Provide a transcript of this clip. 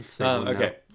Okay